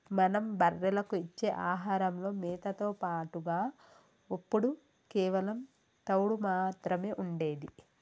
మనం బర్రెలకు ఇచ్చే ఆహారంలో మేతతో పాటుగా ఒప్పుడు కేవలం తవుడు మాత్రమే ఉండేది